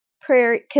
Prairie